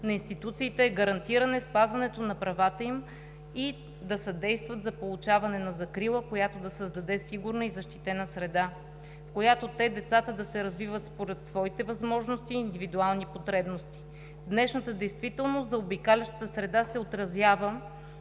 на институциите е да гарантират спазването на правата им, да съдействат за получаване на закрила, която да създаде сигурна и защитена среда, в която те – децата, да се развиват според своите възможности и индивидуални потребности. Днешната действителност и заобикалящата среда се отразяват